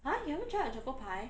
!huh! you haven't try the choco pie